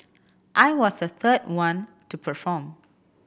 I was the third one to perform